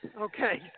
Okay